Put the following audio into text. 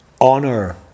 honor